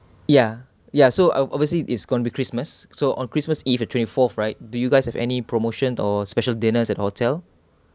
ya ya so ob~ obviously it's gonna be christmas so on christmas eve the twenty-fourth right do you guys have any promotion or special dinners at hotel